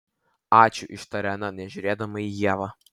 ačiū ištarė ana nežiūrėdama į ievą